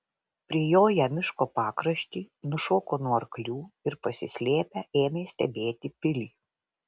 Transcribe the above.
prijoję miško pakraštį nušoko nuo arklių ir pasislėpę ėmė stebėti pilį